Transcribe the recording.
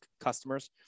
customers